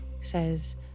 says